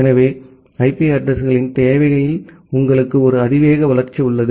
எனவே ஐபி அட்ரஸிங்களின் தேவையில் உங்களுக்கு ஒரு அதிவேக வளர்ச்சி உள்ளது